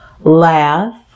laugh